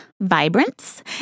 Vibrance